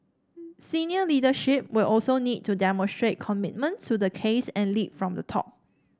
senior leadership will also need to demonstrate commitment to the case and lead from the top